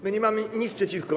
My nie mamy nic przeciwko.